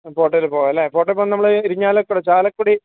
കോട്ടയത്ത് പോകാം അല്ലേ കോട്ടയം പോകാൻ നമ്മൾ ഇരിങ്ങാലക്കുട ചാലക്കുടി